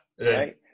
right